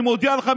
אני מודיע לך,